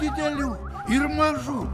dideliu ir mažu